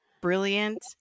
brilliant